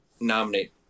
nominate